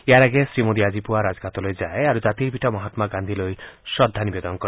ইয়াৰ আগেয়ে শ্ৰীমোদীয়ে আজি পুৱা ৰাজঘাটলৈ যায় আৰু জাতিৰ পিতা মহাম্মা গান্ধীলৈ শ্ৰদ্ধা নিবেদন কৰে